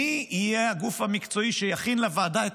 מי יהיה הגוף המקצועי שיכין לוועדה את